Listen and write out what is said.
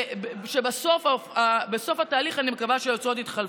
ובסוף התהליך אני מקווה שהיוצרות יתחלפו.